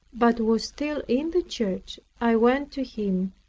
but was still in the church, i went to him,